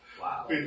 Wow